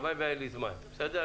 הלוואי שהיה לי זמן, בסדר.